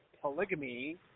polygamy